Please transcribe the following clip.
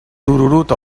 tururut